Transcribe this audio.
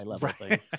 Right